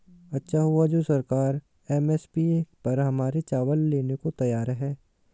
अच्छा हुआ जो सरकार एम.एस.पी पर हमारे चावल लेने को तैयार है